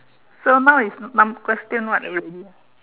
so now is num~ question what already ah